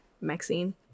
Maxine